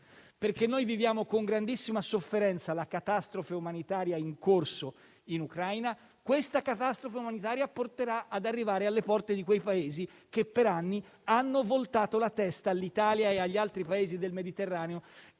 più. Noi viviamo con grandissima sofferenza la catastrofe umanitaria in corso in Ucraina. Questa catastrofe umanitaria farà arrivare i profughi alle porte di quei Paesi, che per anni hanno voltato la testa all'Italia e agli altri Paesi del Mediterraneo,